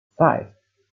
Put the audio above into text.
five